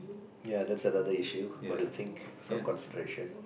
ya that's another issue what do you think some consideration